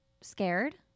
scared